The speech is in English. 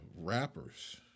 rappers